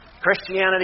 Christianity